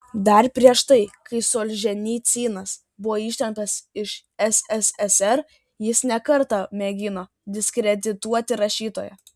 dar prieš tai kai solženicynas buvo ištremtas iš sssr jis ne kartą mėgino diskredituoti rašytoją